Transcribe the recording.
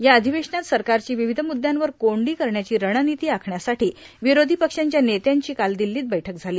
या अधिवेशनात सरकारची विविध मुद्यांवर कोंडी करण्याची रणनीती आखण्यासाठी विरोषी पक्षांच्या नेत्यांची काल दिल्लीत बैठक झाली